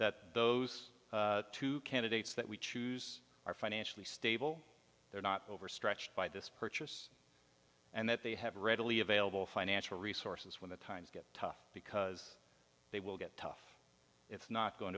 that those two candidates that we choose are financially stable they're not overstretched by this purchase and that they have readily available financial resources when the times get tough because they will get tough it's not going